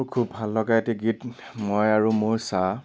খুব ভাল লগা এটি গীত মই আৰু মোৰ ছাঁ